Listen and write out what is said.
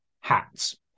hats